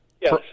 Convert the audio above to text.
Yes